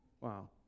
Wow